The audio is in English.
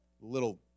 Little